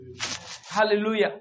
Hallelujah